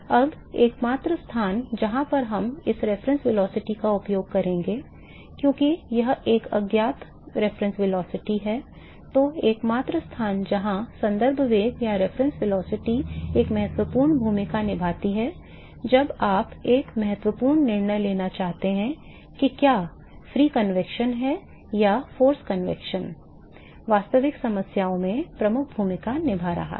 अब एकमात्र स्थान जहां हम इस संदर्भ वेग का उपयोग करेंगे क्योंकि यह एक अज्ञात संदर्भ वेग है तो एकमात्र स्थान जहां संदर्भ वेग एक महत्वपूर्ण भूमिका निभाता है जब आप एक महत्वपूर्ण निर्णय लेना चाहते हैं कि क्या मुक्त संवहन या बल संवहन वास्तविक समस्याओं में प्रमुख भूमिका निभा रहा है